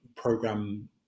Program